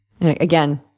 Again